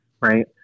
right